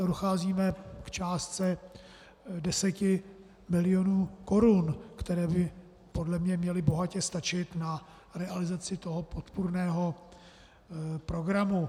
To docházíme k částce 10 milionů korun, které by podle mne měly bohatě stačit na realizaci toho podpůrného programu.